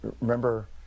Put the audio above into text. Remember